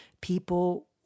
people